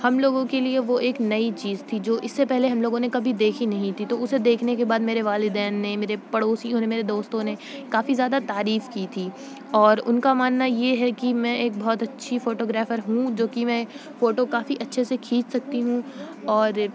ہم لوگوں کے لیے وہ ایک نئی چیز تھی جو اس سے پہلے ہم لوگوں نے کبھی دیکھی نہیں تھی تو اسے دیکھنے کے بعد میرے والدین نے میرے پڑوسیوں نے میرے دوستوں نے کافی زیادہ تعریف کی تھی اور ان کا ماننا یہ ہے کہ میں ایک بہت اچھی فوٹوگرافر ہوں جو کہ میں فوٹو کافی اچھے سے کھنیچ سکتی ہوں اور